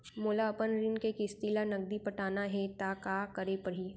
मोला अपन ऋण के किसती ला नगदी पटाना हे ता का करे पड़ही?